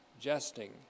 jesting